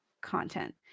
content